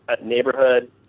neighborhood